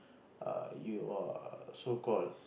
a you are so called